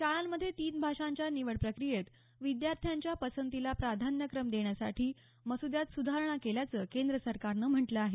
शाळांमधे तीन भाषांच्या निवडप्रक्रियेत विद्यार्थ्यांच्या पसंतीला प्राधान्यक्रम देण्यासाठी मसुद्यात सुधारणा केल्याचं केंद्र सरकारनं म्हटलं आहे